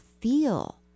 feel